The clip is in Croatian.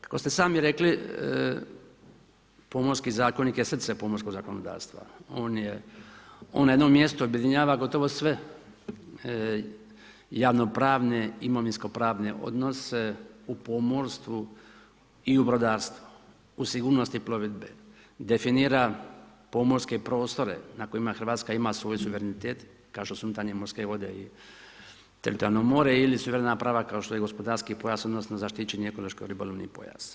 Kako ste sami rekli, Pomorski zakonik je srce pomorskog zakonodavstva, on na jednom mjestu objedinjava gotovo sve javno-pravne, imovinsko-pravne odnose u pomorstvu i u brodarstvu, u sigurnosti plovidbe, definira pomorske prostore na kojima Hrvatska ima svoj suverenitet, kažu da su unutarnje more vode i teritorijalno more ili su ... kao što je gospodarski pojas odnosno zaštićeni ekološki-ribolovni pojas.